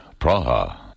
Praha